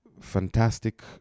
fantastic